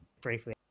briefly